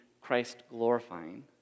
Christ-glorifying